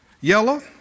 yellow